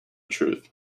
truth